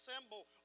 symbol